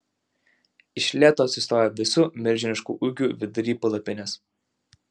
iš lėto atsistojo visu milžinišku ūgiu vidury palapinės